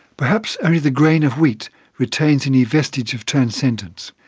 perhaps only the grain of wheat retains any vestige of transcendence.